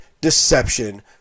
deception